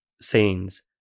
scenes